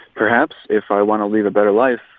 perhaps if i want to lead a better life,